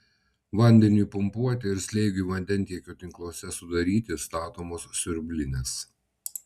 vandeniui pumpuoti ir slėgiui vandentiekio tinkluose sudaryti statomos siurblinės